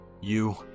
You